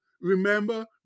Remember